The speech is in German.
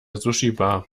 sushibar